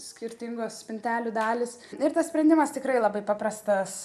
skirtingos spintelių dalys ir tas sprendimas tikrai labai paprastas